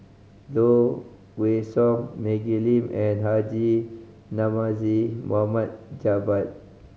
Low Kway Song Maggie Lim and Haji Namazie Mohd Javad